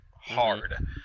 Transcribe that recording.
hard